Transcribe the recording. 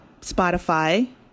Spotify